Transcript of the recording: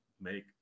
make